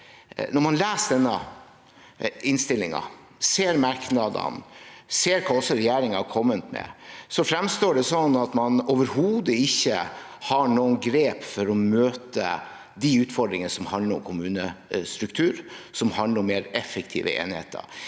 Når man leser denne innstillingen og ser merknadene og også hva regjeringen har kommet med, fremstår det som at man overhodet ikke har noen grep for å møte de utfordringene som handler om kommunestruktur, som handler om mer effektive enheter.